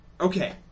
okay